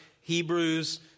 Hebrews